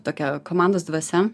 tokia komandos dvasia